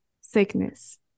sickness